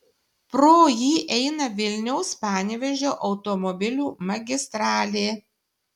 pro jį eina vilniaus panevėžio automobilių magistralė